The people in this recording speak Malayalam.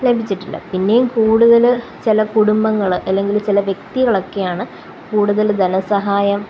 ലഭിച്ചിട്ടില്ല പിന്നെയും കൂടുതല് ചില കുടുംബങ്ങള് അല്ലെങ്കില് ചില വ്യക്തികളൊക്കെയാണ് കൂടുതല് ധനസഹായം